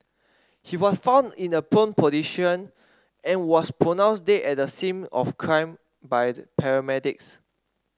he was found in a prone position and was pronounced dead at the scene of crime by paramedics